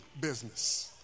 business